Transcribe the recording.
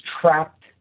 trapped